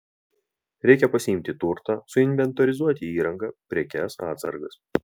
reikia pasiimti turtą suinventorizuoti įrangą prekes atsargas